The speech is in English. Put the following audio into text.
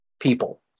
people